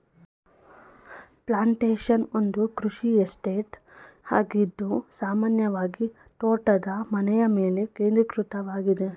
plantation ಒಂದು ಕೃಷಿ estate ಆಗಿದ್ದು ಸಾಮಾನ್ಯವಾಗಿತೋಟದ ಮನೆಯಮೇಲೆ ಕೇಂದ್ರೀಕೃತವಾಗಿದೆ